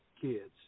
kids